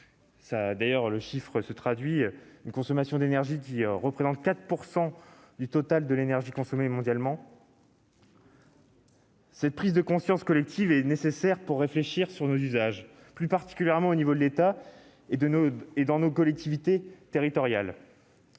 des équipements, une consommation d'énergie qui représente 4 % du total de l'énergie consommée mondialement. Cette prise de conscience collective est nécessaire pour réfléchir sur nos usages, plus particulièrement au niveau de l'État et de nos collectivités territoriales.